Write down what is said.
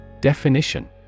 Definition